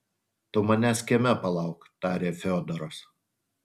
tu manęs kieme palauk tarė fiodoras